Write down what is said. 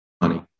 money